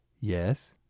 Yes